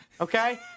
Okay